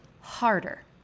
harder